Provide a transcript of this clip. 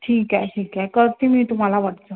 ठीक आहे ठीक आहे करते मी तुम्हाला वॉट्सअप